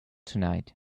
tonight